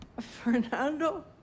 Fernando